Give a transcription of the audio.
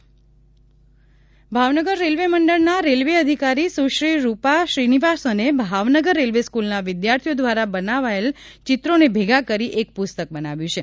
Bhavnagar railway મંડળ Bhavnagar railway મંડળના railway અધિકારી સુશ્રી રૂપા શ્રીનિવાસને ભાવનગર રેલવે સ્ક્લના વિદ્યાર્થીઓ દ્વારા બનાવેલા ચિત્રોને ભેગા કરી એક ્પ્રસ્તક બનાવ્યું છે